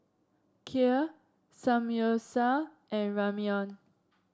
Kheer Samgyeopsal and Ramyeon